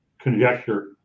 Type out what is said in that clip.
Conjecture